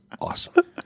awesome